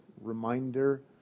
reminder